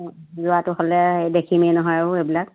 অঁ যোৱাটো হ'লে দেখিমেই নহয় আৰু এইবিলাক